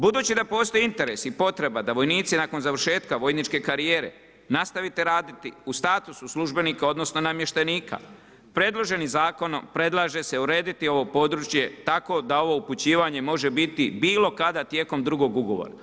Budući da postoje interesi i potreba da vojnici, nakon završetka vojničke karijere, nastavite raditi u statusu službenika odnosno, namještenika, predloženim zakonom, predlaže se urediti ovo područje, tako da ovo upućivanje može biti bilo kada tijekom drugog ugovora.